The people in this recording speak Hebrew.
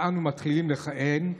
שבה אנו מתחילים לכהן,